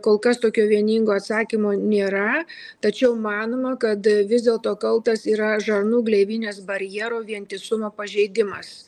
kol kas tokio vieningo atsakymo nėra tačiau manoma kad vis dėlto kaltas yra žarnų gleivinės barjero vientisumo pažeidimas